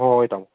ꯍꯣꯏ ꯍꯣꯏ ꯇꯥꯃꯣ